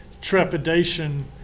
trepidation